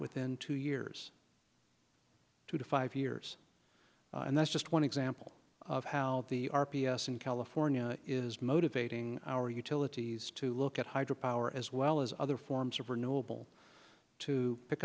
within two years two to five years and that's just one example of how the r p s in california is motivating our utilities to look at hydro power as well as other forms of renewable to pick